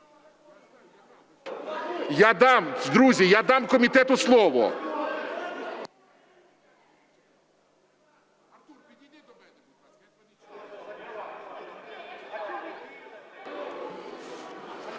я дам комітету слово.